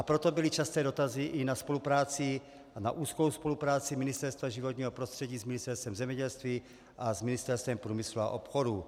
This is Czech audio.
Proto byly časté dotazy na úzkou spolupráci Ministerstva životního prostředí s Ministerstvem zemědělství a s Ministerstvem průmyslu a obchodu.